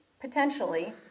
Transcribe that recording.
potentially